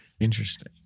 Interesting